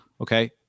Okay